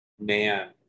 man